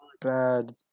bad